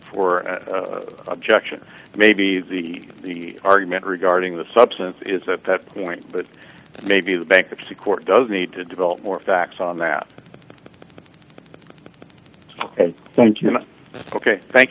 objection maybe the the argument regarding the substance is that point but maybe the bankruptcy court does need to develop more facts on that ok thank you ok thank